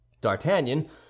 d'artagnan